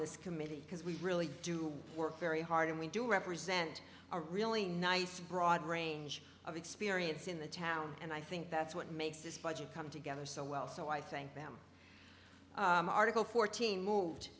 this committee because we really do work very hard and we do represent a really nice broad range of experience in the town and i think that's what makes this budget come together so well so i thank them article fourteen moved